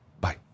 Bye